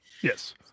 Yes